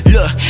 Look